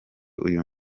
uyu